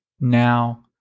now